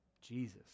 Jesus